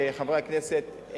חברי הכנסת,